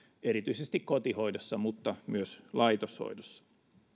erityisesti kotihoidossa mutta myös laitoshoidossa